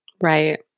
Right